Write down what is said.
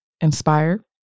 inspired